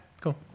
cool